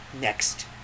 next